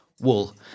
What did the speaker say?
wool